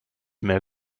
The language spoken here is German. mehr